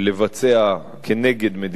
לבצע נגד מדינת ישראל,